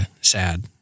sad